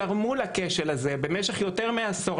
גרמו לכשל הזה במשך יותר מעשור,